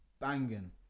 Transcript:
banging